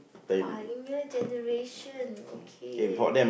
pioneer generation okay